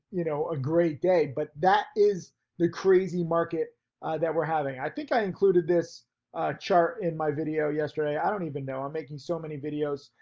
you know, a great day, but that is the crazy market that we're having. i think i included this chart in my video yesterday. i don't even know, i'm making so many videos.